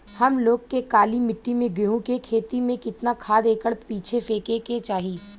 हम लोग के काली मिट्टी में गेहूँ के खेती में कितना खाद एकड़ पीछे फेके के चाही?